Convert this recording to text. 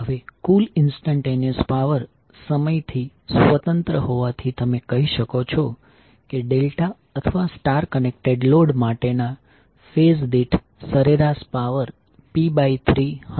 હવે કુલ instantaneous power સમયથી સ્વતંત્ર હોવાથી તમે કહી શકો છો કે ડેલ્ટા અથવા સ્ટાર કનેક્ટેડ લોડ માટે ના ફેઝ દીઠ સરેરાશ પાવર p3 હશે